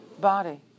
body